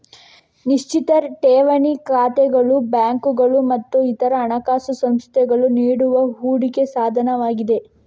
ನಿಶ್ಚಿತ ಠೇವಣಿ ಖಾತೆಗಳು ಬ್ಯಾಂಕುಗಳು ಮತ್ತು ಇತರ ಹಣಕಾಸು ಸಂಸ್ಥೆಗಳು ನೀಡುವ ಹೂಡಿಕೆ ಸಾಧನವಾಗಿದೆ